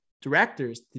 directors